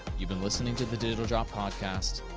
you've been listening to the digital drop podcast.